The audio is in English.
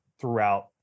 throughout